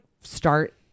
start